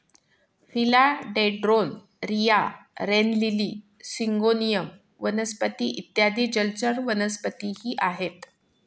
फिला dendron, रिया, rain lily, syngonium वनस्पती इत्यादी जलचर वनस्पतीही आहेत